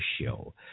show